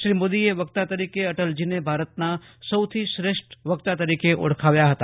શ્રી મોદીએ વક્તા તરીકે અટલજીને ભારતના સૌથી શ્રેષ્ઠ વક્તા તરીકે ઓળખાવ્યા હતા